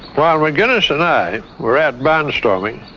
while mcginness and i were out barnstorming,